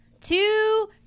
two